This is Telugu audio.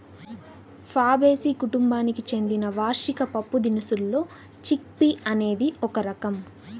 ఫాబేసి కుటుంబానికి చెందిన వార్షిక పప్పుదినుసుల్లో చిక్ పీ అనేది ఒక రకం